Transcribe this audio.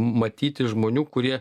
matyti žmonių kurie